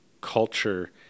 culture